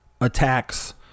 attacks